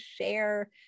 share